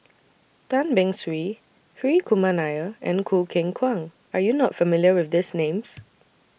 Tan Beng Swee Hri Kumar Nair and Choo Keng Kwang Are YOU not familiar with These Names